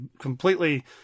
completely